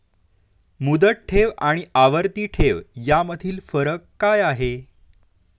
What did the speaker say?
मुदत ठेव आणि आवर्ती ठेव यामधील फरक काय आहे?